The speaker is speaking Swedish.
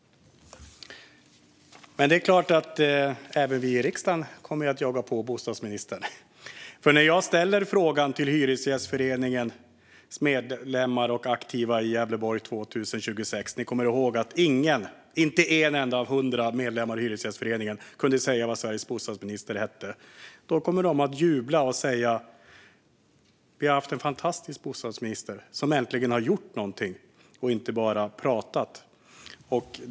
Det är klart att även vi i riksdagen kommer att jaga på bostadsministern. När jag ställer frågan till Hyresgästföreningens medlemmar och aktiva i Gävleborg 2026 - ni kommer ihåg att inte en enda av 100 medlemmar i Hyresgästföreningen kunde säga vad Sveriges bostadsminister hette - kommer de att jubla och säga: Vi har haft en fantastisk bostadsminister, som äntligen har gjort något och inte bara pratat.